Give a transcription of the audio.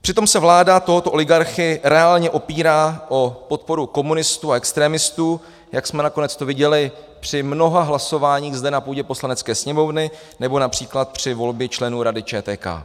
Přitom se vláda tohoto oligarchy reálně opírá o podporu komunistů a extremistů, jak jsme to nakonec viděli při mnoha hlasováních zde na půdě Poslanecké sněmovny nebo například při volbě členů Rady ČTK.